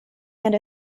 and